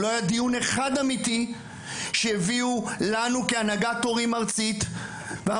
לא היה דיון אחד אמיתי שבאו אלינו כהנהגת הורים ואמרו,